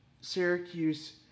Syracuse